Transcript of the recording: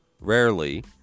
rarely